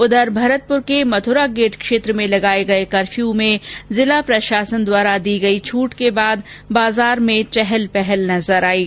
उधर भरतपुर के मथुरा गेट क्षेत्र में लगाए गए कफर्यू में जिला प्रशासन द्वारा दी गई राहत के बाद बाजार में चहल पहल नजर आई है